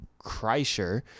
Kreischer